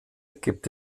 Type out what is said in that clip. gibt